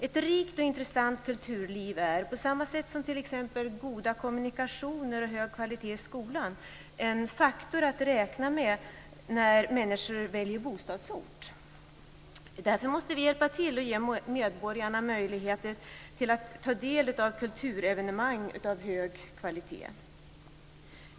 Ett rikt och intressant kulturliv är, på samma sätt som t.ex. goda kommunikationer och en hög kvalitet i skolan, en faktor att räkna med när människor väljer bostadsort. Därför måste vi hjälpa till med att ge medborgarna möjligheter att ta del av kulturevenemang av hög kvalitet.